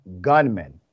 gunmen